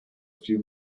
few